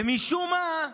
ומשום מה,